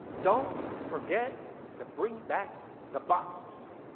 don't forget to bring back the box.